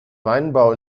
weinbau